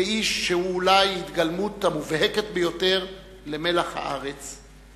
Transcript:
כאיש שהוא אולי ההתגלמות המובהקת ביותר של "מלח הארץ",